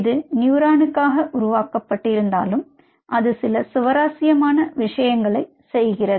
இது நியூரானுக்காக உருவாக்கப்பட்டிருந்தாலும் அது சில சுவாரஸ்யமான விஷயங்களைச் செய்கிறது